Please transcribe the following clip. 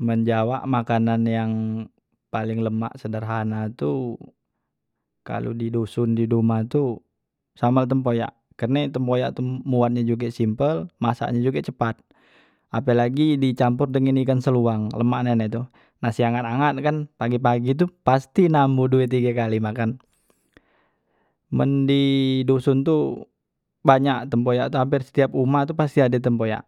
Men di awak makanan yang paling lemak sederhana tu, kalo di dusun di duma tu sambel tempoyak, karne tempoyak tu mbuatnye juge simpel, masaknye juge cepat. Ape lagi dicampur dengen ikan seluang lemak nian itu, masih angat- angat kan, pagi- pagi tu pasti namboh due tige kali makan. Men di dusun tu banyak tempoyak tu hampir setiap umah tu ade tempoyak,